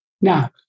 Now